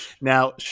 Now